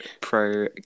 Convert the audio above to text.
pro